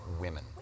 women